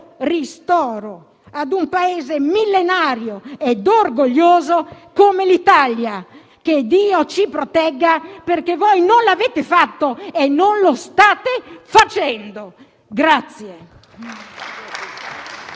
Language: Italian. ristoro a un Paese millenario e orgoglioso come l'Italia. Che Dio ci protegga, perché voi non l'avete fatto e non lo state facendo.